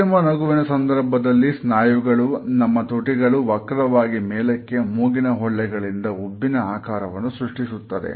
ಕೃತ್ರಿಮ ನಗುವಿನ ಸಂದರ್ಭದಲ್ಲಿ ಸ್ನಾಯುಗಳು ನಮ್ಮ ತುಟಿಗಳು ವಕ್ರವಾಗಿ ಮೇಲಕ್ಕೆ ಮೂಗಿನ ಹೊಳ್ಳೆಗಳಿಂದ ಉಬ್ಬಿನ ಆಕಾರವನ್ನು ಸೃಷ್ಟಿಸುತ್ತದೆ